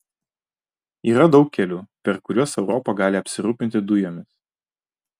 yra daug kelių per kuriuos europa gali apsirūpinti dujomis